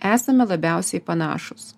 esame labiausiai panašūs